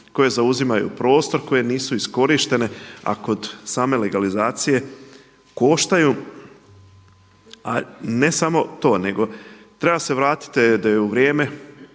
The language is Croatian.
koje zauzimaju prostor koje nisu iskorištene a kod same legalizacije koštaju. A ne samo to nego treba se vratiti da je u vrijeme